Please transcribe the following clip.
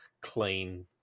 clean